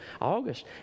August